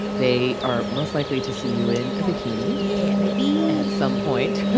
they are most likely to see you in a bikini. yeah, baby. at some point.